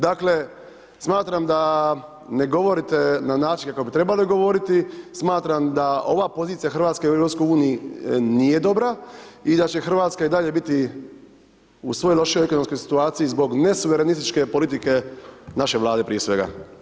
Dakle, smatram da ne govorite na način kako bi trebali govoriti, smatram da ova pozicija Hrvatske u EU, nije dobra i da će Hrvatska i dalje biti u svojoj lošijoj ekonomskoj situaciji, zbog nesuvremenističke politike naše vlade, prije svega.